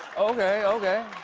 okay, okay.